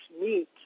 meet